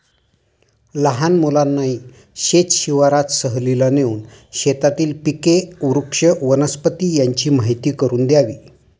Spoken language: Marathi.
लहान मुलांनाही शेत शिवारात सहलीला नेऊन शेतातील पिके, वृक्ष, वनस्पती यांची माहीती करून द्यावी